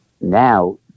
Now